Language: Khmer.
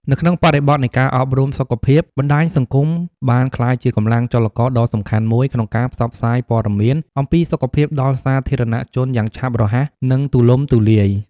នៅក្នុងបរិបទនៃការអប់រំសុខភាព បណ្តាញសង្គមបានក្លាយជាកម្លាំងចលករដ៏សំខាន់មួយក្នុងការផ្សព្វផ្សាយព័ត៌មានអំពីសុខភាពដល់សាធារណជនយ៉ាងឆាប់រហ័សនិងទូលំទូលាយ។